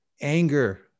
anger